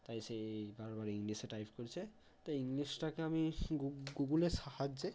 তাই সে বারবার ইংলিশে টাইপ করছে তাই ইংলিশটাকে আমি গুগুলের সাহায্যে